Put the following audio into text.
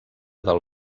del